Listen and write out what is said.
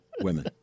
women